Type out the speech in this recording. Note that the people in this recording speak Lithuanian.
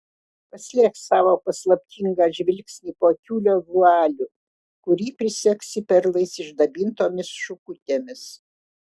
paslėpk savo paslaptingą žvilgsnį po tiulio vualiu kurį prisegsi perlais išdabintomis šukutėmis